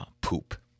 poop